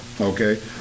Okay